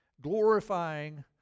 glorifying